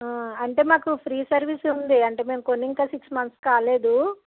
అంటే మాకు free service ఉంది అంటే మేము కొనింకా సిక్స్ మంత్స్ కాలేదు